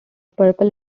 purple